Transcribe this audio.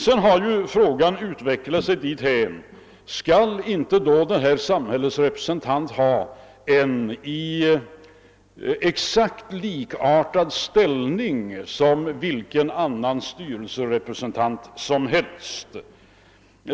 Sedan har frågan uppstått om inte samhällets representanter skall ha exakt samma ställning som vilken annan styrelserepresentant som helst.